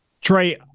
Trey